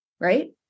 Right